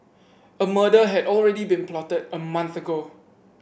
a murder had already been plotted a month ago